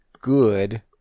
good